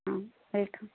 ம் வெல்கம்